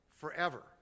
forever